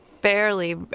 Barely